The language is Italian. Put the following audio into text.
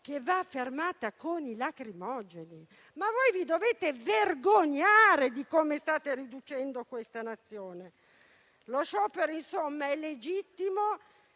che va fermata con i lacrimogeni. Ma voi vi dovete vergognare di come state riducendo questa Nazione! Lo sciopero è legittimo